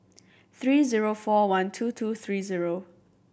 three zero four one two two three zero